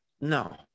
no